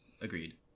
agreed